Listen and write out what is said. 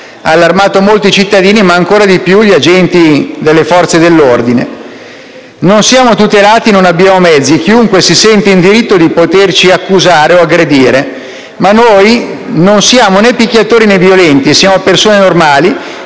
ha allarmato molto i cittadini, ma ancora di più gli agenti delle Forze dell'ordine. «Non siamo tutelati. Non abbiamo mezzi. Chiunque si sente in diritto di poterci accusare o aggredire. Ma noi non siamo né picchiatori né violenti. Siamo persone normali,